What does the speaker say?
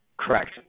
correct